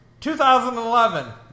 2011